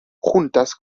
juntas